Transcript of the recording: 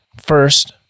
First